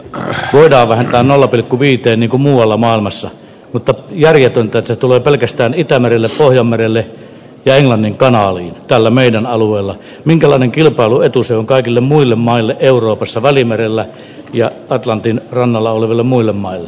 ohessa hoitava nolla pilkku viiteen niko muualla maailmassa mutta järjetöntä se tulee pelkästään itämerellä sohjomerelle ja englannin kanaalin tällä meidän alueella minkälainen kilpailuetu se on kaikille muille maille euroopassa välimerellä ja atlantin rannalla oleville muille maille